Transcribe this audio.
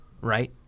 right